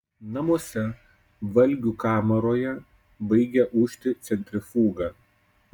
namuose valgių kamaroje baigia ūžti centrifuga